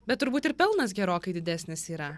bet turbūt ir pelnas gerokai didesnis yra